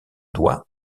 doigt